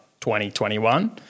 2021